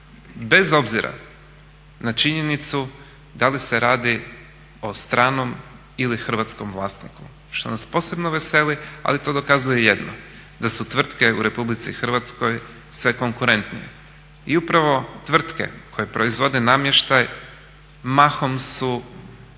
Bez obzira na činjenicu da li se radi o stranom ili hrvatskom vlasniku. Što nas posebno veseli ali to dokazuje jedno da su tvrtke u Republici Hrvatskoj sve konkurentnije. I upravo tvrtke koje proizvode namještaj mahom su